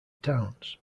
towns